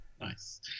nice